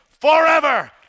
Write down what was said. forever